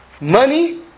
money